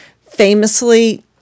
famously